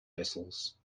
vessels